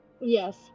Yes